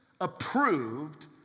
approved